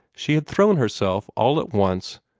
she had thrown herself, all at once,